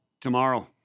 tomorrow